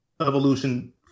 evolution